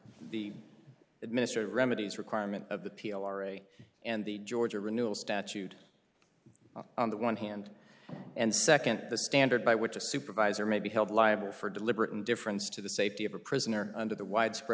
the minister of remedies requirement of the pillory and the georgia renewal statute on the one hand and second the standard by which a supervisor may be held liable for deliberate indifference to the safety of a prisoner under the widespread